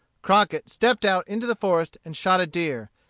crockett stepped out into the forest and shot a deer,